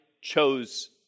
chose